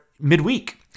midweek